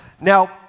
Now